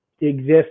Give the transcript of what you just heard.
exist